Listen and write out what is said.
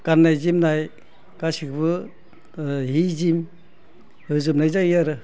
गाननाय जोमनाय गासैखौबो होजोबनाय हि जोम जायो आरो